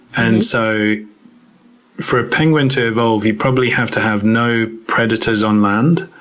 and so for a penguin to evolve, you probably have to have no predators on land,